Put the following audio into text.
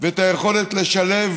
ואת היכולת לשלב